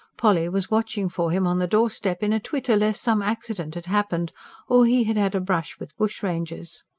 polly was watching for him on the doorstep, in a twitter lest some accident had happened or he had had a brush with bushrangers.